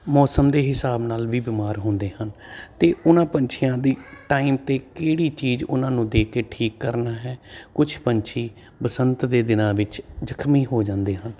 ਮੌਸਮ ਦੇ ਹਿਸਾਬ ਨਾਲ ਵੀ ਬਿਮਾਰ ਹੁੰਦੇ ਹਨ ਅਤੇ ਉਹਨਾਂ ਪੰਛੀਆਂ ਦੀ ਟਾਈਮ 'ਤੇ ਕਿਹੜੀ ਚੀਜ਼ ਉਹਨਾਂ ਨੂੰ ਦੇ ਕੇ ਠੀਕ ਕਰਨਾ ਹੈ ਕੁਛ ਪੰਛੀ ਬਸੰਤ ਦੇ ਦਿਨਾਂ ਵਿੱਚ ਜ਼ਖ਼ਮੀ ਹੋ ਜਾਂਦੇ ਹਨ